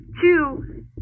Two